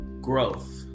Growth